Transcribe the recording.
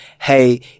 hey